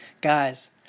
Guys